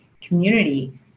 community